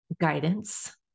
guidance